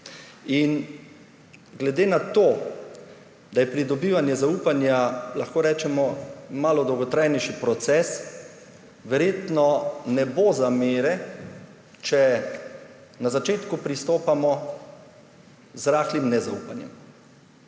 In glede na to, da je pridobivanje zaupanja, lahko rečemo, malo dolgotrajnejši proces, verjetno ne bo zamere, če na začetku pristopamo z rahlim nezaupanjem.